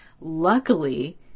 Luckily